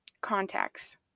contacts